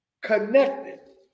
Connected